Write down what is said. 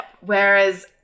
Whereas